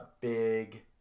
big